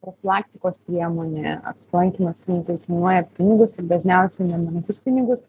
profilaktikos priemonė apsilankymas klinikoj kainuoja pinigus ir dažniausiai nemenkus pinigus